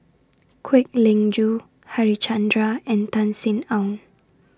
Kwek Leng Joo Harichandra and Tan Sin Aun